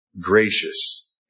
gracious